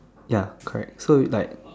ya correct so you like